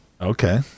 Okay